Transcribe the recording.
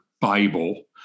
Bible